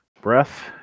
Breath